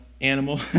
animal